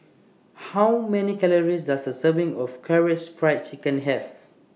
How Many Calories Does A Serving of Karaage Fried Chicken Have